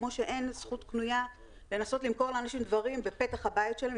כמו שאין זכות קנויה לנסות למכור לאנשים דברים בפתח הבית שלהם,